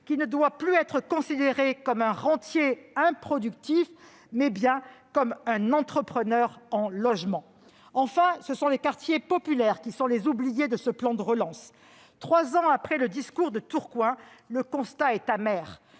qui ne doit plus être considéré comme un rentier improductif, mais bien comme un entrepreneur en logement. Enfin, les quartiers populaires sont les oubliés de ce plan de relance. Trois ans après le discours de Tourcoing, le constat est amer.